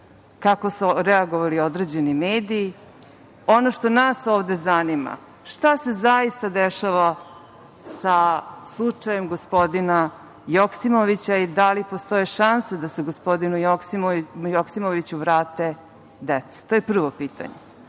kako su reagovali određeni mediji. Ono što nas ovde zanima, šta se zaista dešava sa slučajem gospodina Joksimovića i da li postoji šansa da se gospodinu Joksimoviću vrate deca? To je prvo pitanje. Drugo